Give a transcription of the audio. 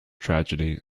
tragedy